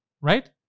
right